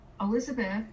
Elizabeth